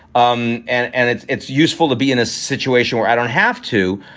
um and and it's it's useful to be in a situation where i don't have to.